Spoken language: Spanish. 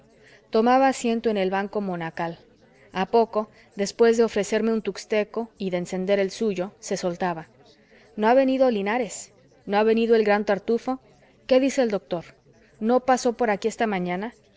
tomaba asiento en el banco monacal a poco después de ofrecerme un tuxteco y de encender el suyo se soltaba no ha venido linares no ha venido el gran tartufo qué dice el doctor no pasó por aquí esta mañana